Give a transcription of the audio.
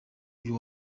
uyu